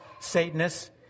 Satanists